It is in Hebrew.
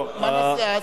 מה נעשה אז?